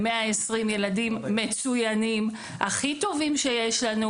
הם 120 ילדים מצוינים, הכי טובים שיש לנו.